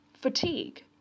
Fatigue